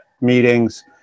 meetings